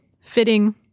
fitting